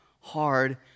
hard